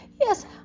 yes